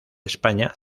españa